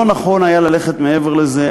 לא נכון היה ללכת מעבר לזה.